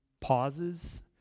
pauses